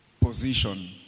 position